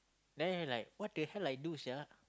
then he like what the hell I do sia